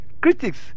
critics